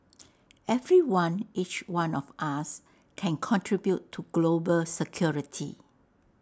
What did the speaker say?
everyone each one of us can contribute to global security